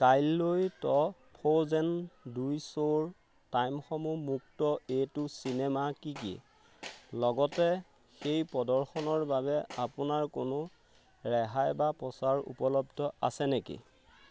কাইলৈত Frozen দুইৰ show টাইমসমূহ মুক্ত এ টু চিনেমা কি কি লগতে সেই প্ৰদৰ্শনৰ বাবে আপোনাৰ কোনো ৰেহাই বা প্ৰচাৰ উপলব্ধ আছে নেকি